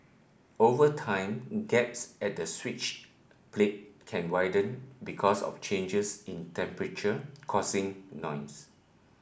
over time gaps at the switch plate can widened because of changes in temperature causing noise